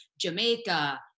Jamaica